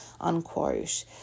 unquote